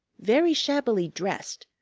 very shabbily dressed,